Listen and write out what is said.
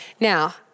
Now